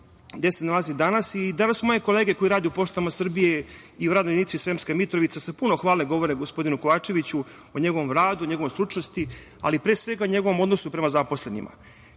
gde se nalazi i danas. Danas, moje kolege koje rade u poštama Srbije i Radnoj jedinici Sremska Mitrovica se puno hvale, govore o gospodinu Kovačeviću, o njegovom radu, o njegovoj stručnosti, ali pre svega o njegovom odnosu prema zaposlenima. Ja